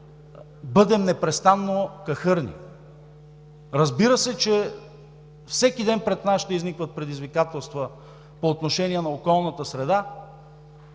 бъдем непрестанно кахърни. Разбира се, че всеки ден пред нас ще изникват предизвикателства по отношение на околната среда,